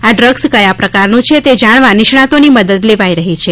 આ ડ્રગ્સ કયા પ્રકારનું છે તે જાણવા નિષ્ણાતોની મદદ લેવાઈ રહી છે